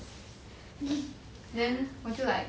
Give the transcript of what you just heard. then 我就 like